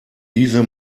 diese